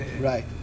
Right